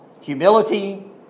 Humility